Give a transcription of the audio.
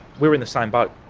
we're in the same boat.